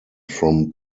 from